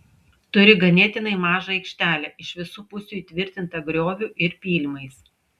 turi ganėtinai mažą aikštelę iš visų pusių įtvirtintą grioviu ir pylimais